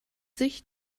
sich